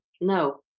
no